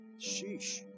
sheesh